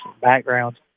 backgrounds